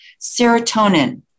serotonin